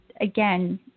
again